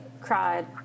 cried